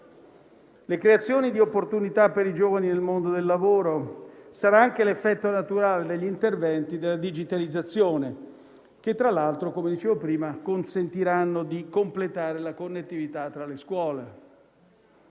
La creazione di opportunità per i giovani nel mondo del lavoro sarà anche l'effetto naturale degli interventi della digitalizzazione, che tra l'altro, come dicevo prima, consentiranno di completare la connettività tra le scuole.